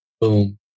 boom